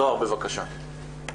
זהר בבקשה.